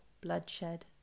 bloodshed